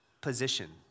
position